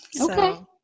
okay